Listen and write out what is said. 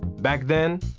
back then,